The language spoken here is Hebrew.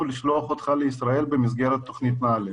לשלוח אותך לישראל במסגרת תוכנית נעל"ה.